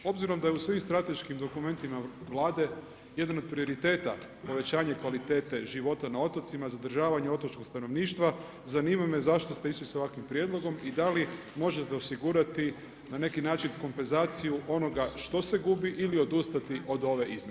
Obzirom da je u svim strateškim dokumentima Vlade jedan od prioriteta povećanje kvalitete života na otocima, zadržavanje otočkog stanovništva zanima me zašto ste išli sa ovakvim prijedlogom i da li možete osigurati na neki način kompenzaciju onoga što se gubi ili odustati od ove izmjene.